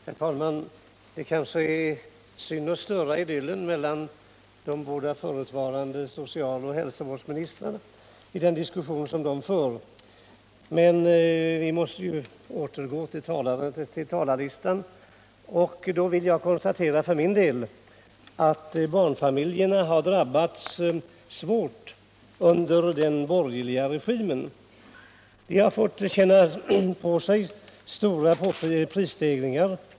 Herr talman! Det kanske är synd att störa idyllen mellan de båda förutvarande socialoch hälsovårdsministrarna i den diskussion som de för. Men vi måste ju återgå till talarlistan. Jag vill för min del konstatera att barnfamiljerna har drabbats svårt under den borgerliga regimen. De har fått känna på stora prisstegringar.